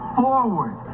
forward